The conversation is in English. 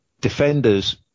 defenders